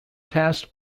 tasked